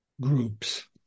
groups